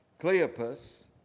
Cleopas